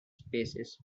spaces